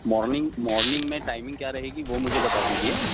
morning morning میں timing کیا رہے گی وہ مجھے بتا دیجیے